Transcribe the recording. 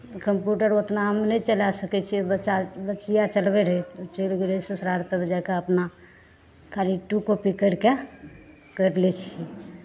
computer ओतना हम नहि चलाए सकैत छियै बच्चा बचिआ चलबै रहै चलि गेलै ससुरार तब जाए कऽ अपना खाली टू कॉपी करि कऽ करि लै छियै